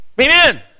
Amen